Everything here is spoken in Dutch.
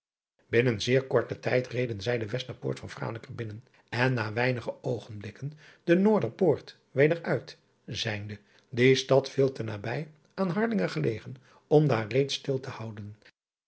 innen zeer korten tijd reden zij de esterpoort van raneker binnen en na weinige oogenblikken de oorderpoort weder uit zijnde die stad veel te nabij aan arlingen gelegen om daar reeds stil te houden